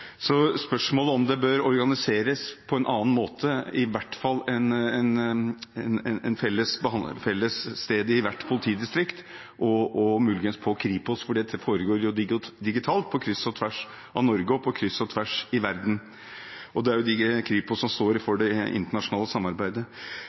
Spørsmålet er om det bør organiseres på en annen måte, i hvert fall at man har et felles sted i hvert politidistrikt – og muligens hos Kripos. Dette foregår jo digitalt, på kryss og tvers i Norge og på kryss og tvers i verden, og det er Kripos som står for det internasjonale samarbeidet. Det hadde vært fint om statsråden ville gå inn i